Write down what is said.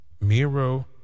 Miro